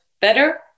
better